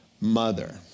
mother